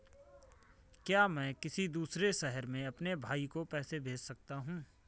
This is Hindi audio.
क्या मैं किसी दूसरे शहर में अपने भाई को पैसे भेज सकता हूँ?